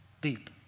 deep